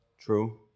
True